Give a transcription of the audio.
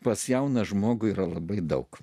pas jauną žmogų yra labai daug